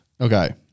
Okay